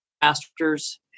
Pastors